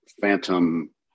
phantom